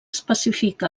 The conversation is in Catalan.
especifica